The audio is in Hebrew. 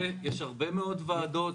יש הרבה מאוד ועדות,